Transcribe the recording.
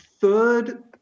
third